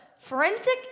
Forensic